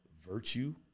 virtue